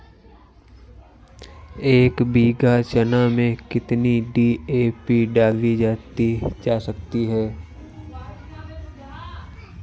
एक बीघा चना में कितनी डी.ए.पी डाली जा सकती है?